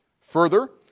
Further